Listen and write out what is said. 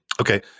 Okay